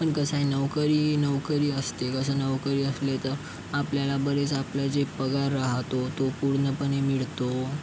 पण कसं आहे नोकरी नोकरी असते कसं नोकरी असली तर आपल्याला बरेच आपलं जे पगार रहातो तो पूर्णपणे मिळतो